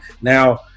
Now